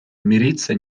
мириться